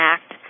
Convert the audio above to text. Act